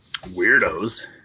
Weirdos